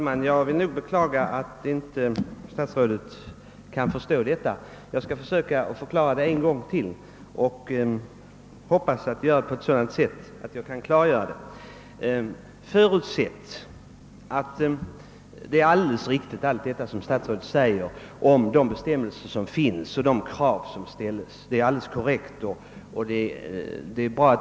Herr talman! Jag beklagar att statsrådet inte kan förstå mitt resonemang men skall försöka klargöra frågeställningen en gång till. Låt oss förutsätta att allt vad statsrådet sagt om de gällande bestämmelserna och de krav som ställs är korrekt redovisat.